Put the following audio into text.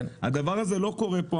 הדבר הזה לא קורה פה,